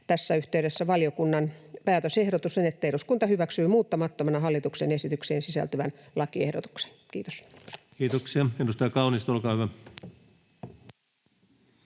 tässä yhteydessä valiokunnan päätösehdotus on, että eduskunta hyväksyy muuttamattomana hallituksen esitykseen sisältyvän lakiehdotuksen. — Kiitos. [Speech 171] Speaker: